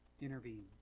intervenes